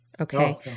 okay